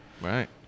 Right